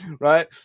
right